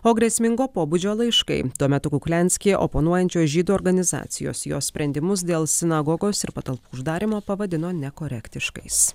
o grėsmingo pobūdžio laiškai tuo metu kukliansky oponuojančios žydų organizacijos jos sprendimus dėl sinagogos ir patalpų uždarymo pavadino nekorektiškais